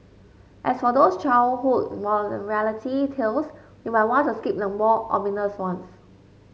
as for those childhood morality tales you might want to skip the more ominous ones